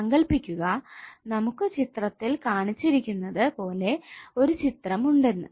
സങ്കൽപ്പിക്കുക നമുക്ക് ചിത്രത്തിൽ കാണിച്ചിരിക്കുന്നത് പോലെ ഒരു ചിത്രം ഉണ്ടെന്ന്